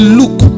look